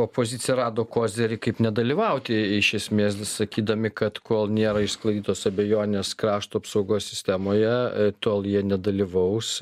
opozicija rado kozirį kaip nedalyvauti iš esmės sakydami kad kol nėra išsklaidytos abejonės krašto apsaugos sistemoje tol jie nedalyvaus